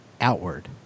outward